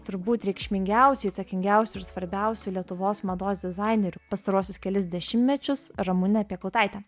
turbūt reikšmingiausių įtakingiausių ir svarbiausių lietuvos mados dizainerių pastaruosius kelis dešimtmečius ramune piekautaite